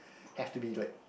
have to be like